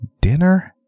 dinner